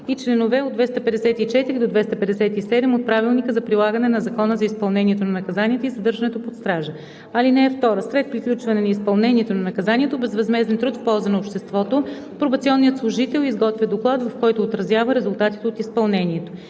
и чл. 254 – 257 от Правилника за прилагане на Закона за изпълнението на наказанията и задържането под стража. (2) След приключване на изпълнението на наказанието безвъзмезден труд в полза на обществото пробационният служител изготвя доклад, в който отразява резултатите от изпълнението.“